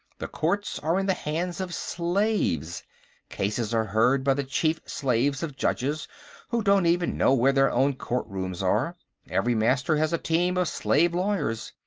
the courts are in the hands of slaves cases are heard by the chief slaves of judges who don't even know where their own courtrooms are every master has a team of slave lawyers.